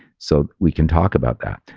so we can talk about that.